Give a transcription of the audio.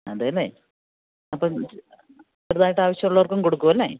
അതുതന്നെ അപ്പം ചെറുതായിട്ട് ആവശ്യമുള്ളവർക്കും കൊടുക്കുമല്ലേ